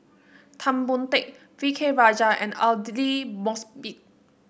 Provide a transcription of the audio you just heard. Tan Boon Teik V K Rajah and Aidli Mosbit